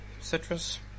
citrus